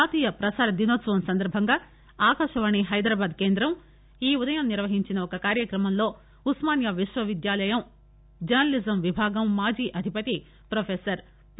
జాతీయ ప్రసార దినోత్సవం సందర్బంగా ఆకాశవాణి హైదరాబాద్ కేంద్రం ఈ ఉదయం నిర్వహించిన ఒక కార్యక్రమంలో ఉస్మానియా విశ్వవిద్యాలయం జర్స లీజం విభాగం మాజీ అధిపతి ప్రొఫెసర్ పి